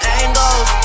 angles